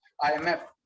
IMF